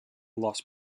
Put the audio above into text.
lost